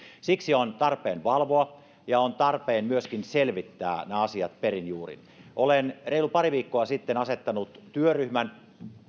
siksi on tarpeen valvoa ja on tarpeen myöskin selvittää nämä asiat perin juurin olen reilu pari viikkoa sitten asettanut työryhmän